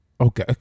Okay